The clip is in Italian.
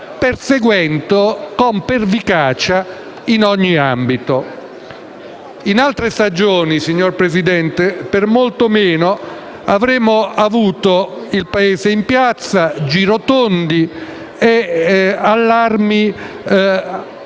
perseguendo con pervicacia in ogni ambito. In altre stagioni, signora Presidente, per molto meno avremmo avuto il Paese in piazza, girotondi, allarmi